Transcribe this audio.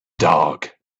dog